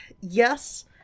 Yes